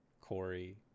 Corey